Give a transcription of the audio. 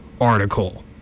article